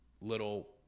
little